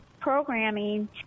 programming